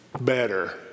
better